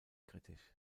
kritisch